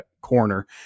corner